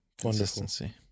Consistency